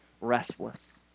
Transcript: restless